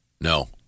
No